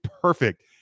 perfect